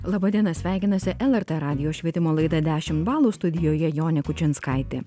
laba diena sveikinasi lrt radijo švietimo laida dešimt balų studijoje jonė kučinskaitė